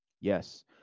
Yes